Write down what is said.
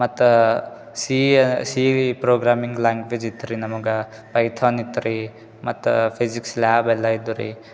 ಮತ್ತು ಸಿಯಾ ಸೀವಿ ಪ್ರೋಗ್ರಾಮಿಂಗ್ ಲ್ಯಾಂಗ್ವಿಜ್ ಇತ್ತು ರೀ ನಮಗೆ ಪೈಥೋನ್ ಇತ್ತು ರೀ ಮತ್ತು ಫಿಸಿಕ್ಸ್ ಲ್ಯಾಬ್ ಎಲ್ಲ ಇದ್ದುರಿ